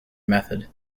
method